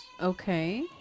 Okay